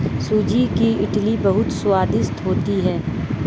सूजी की इडली बहुत स्वादिष्ट होती है